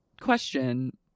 question